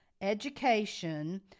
education